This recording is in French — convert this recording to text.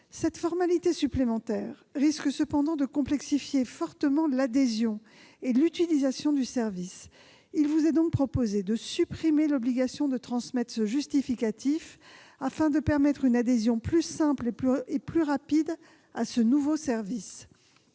Cette formalité supplémentaire risque cependant de complexifier fortement l'adhésion et l'utilisation du service. Il vous est donc proposé de supprimer l'obligation de transmettre ce justificatif, afin de permettre une adhésion plus simple et plus rapide. Une telle